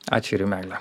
ačiū ir jum meile